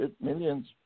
millions